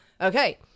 Okay